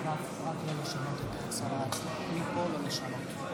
מתחייב כחבר הממשלה לשמור אמונים למדינת ישראל